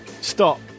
Stop